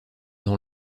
dans